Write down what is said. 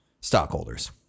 stockholders